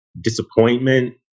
disappointment